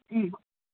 മ്മ്